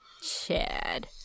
chad